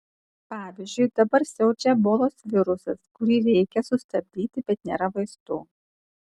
pavyzdžiui dabar siaučia ebolos virusas kurį reikia sustabdyti bet nėra vaistų